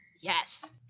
Yes